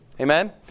Amen